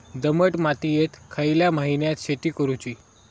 दमट मातयेत खयल्या महिन्यात शेती करुची?